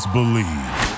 Believe